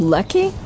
Lucky